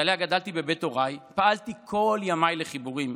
שעליה גדלתי בבית הוריה, פעלתי כל ימיי לחיבורים.